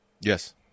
Yes